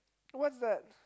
what's that